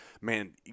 man